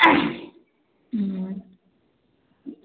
हूँ